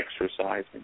exercising